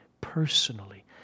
personally